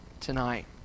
tonight